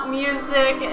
music